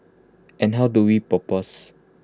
and how do we propose